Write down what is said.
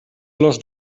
los